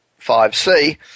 5C